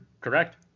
correct